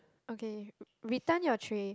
okay return your tray